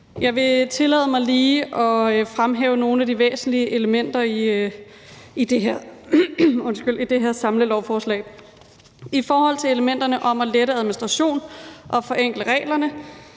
Jeg vil tillade mig at fremhæve nogle af de væsentlige elementer i det her samlelovforslag. I forhold til elementerne om at lette administrationen og forenkle reglerne